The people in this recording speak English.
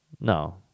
No